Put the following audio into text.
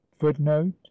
footnote